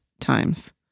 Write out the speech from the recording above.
times